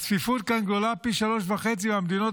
הצפיפות כאן גדולה פי שלושה וחצי מהמדינות